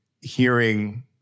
hearing